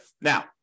Now